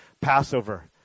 Passover